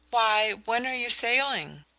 why, when are you sailing?